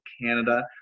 Canada